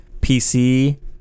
PC